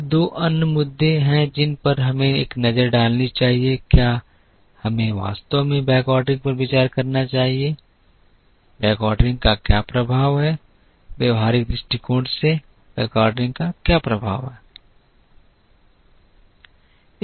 फिर दो अन्य मुद्दे हैं जिन पर हमें एक नज़र डालनी चाहिए क्या हमें वास्तव में बैकऑर्डरिंग पर विचार करना चाहिए बैकऑर्डरिंग का क्या प्रभाव है व्यावहारिक दृष्टिकोण से बैकऑर्डरिंग का क्या प्रभाव है